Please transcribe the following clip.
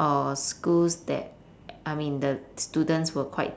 or schools that I mean the students were quite